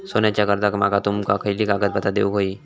सोन्याच्या कर्जाक माका तुमका खयली कागदपत्रा देऊक व्हयी?